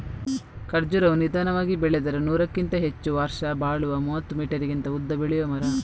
ಖರ್ಜುರವು ನಿಧಾನವಾಗಿ ಬೆಳೆದರೂ ನೂರಕ್ಕಿಂತ ಹೆಚ್ಚು ವರ್ಷ ಬಾಳುವ ಮೂವತ್ತು ಮೀಟರಿಗಿಂತ ಉದ್ದ ಬೆಳೆಯುವ ಮರ